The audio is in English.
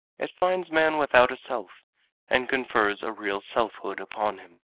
it finds man without a self and confers a real selfhood upon him.